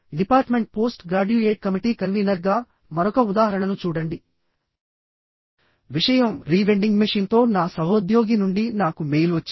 department post graduate committee కన్వీనర్గా మరొక ఉదాహరణను చూడండి విషయం రీవెండింగ్ మెషీన్తో నా సహోద్యోగి నుండి నాకు మెయిల్ వచ్చింది